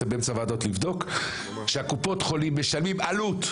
שאתם באמצע הוועדות לבדוק שקופות החולים משלמות עלות,